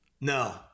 no